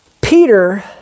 Peter